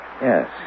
Yes